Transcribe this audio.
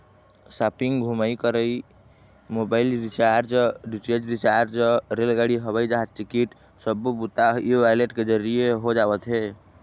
shopping, घूमई फिरई, mobile recharge, DTH recharge, रेलगाड़ी, हवई जहाज टिकट सब्बो बूता ह ई वॉलेट के जरिए हो जावत हे